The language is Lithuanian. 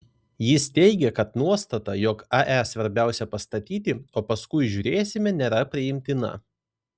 jis teigė kad nuostata jog ae svarbiausia pastatyti o paskui žiūrėsime nėra priimtina